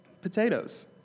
potatoes